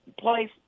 place